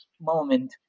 moment